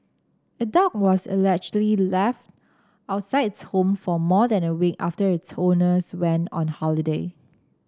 a dog was allegedly left outside its home for more than a week after its owners went on holiday